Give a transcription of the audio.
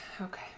Okay